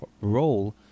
role